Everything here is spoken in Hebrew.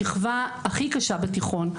השכבה הכי קשה בתיכון,